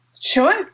Sure